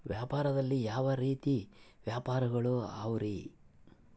ವ್ಯಾಪಾರದಲ್ಲಿ ಯಾವ ರೇತಿ ವ್ಯಾಪಾರಗಳು ಅವರಿ?